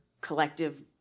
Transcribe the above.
collective